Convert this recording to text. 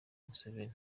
museveni